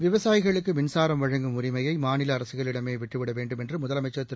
விவசாயிகளுக்கு மின்சாரம் வழங்கும் உரிமையை மாநில அரசுகளிடமே விட்டுவிட வேண்டும் என்று முதலமைச்சர் திரு